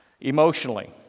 Emotionally